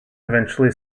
eventually